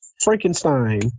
Frankenstein